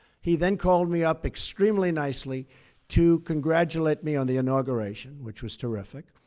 he then called me up extremely nicely to congratulate me on the inauguration, which was terrific.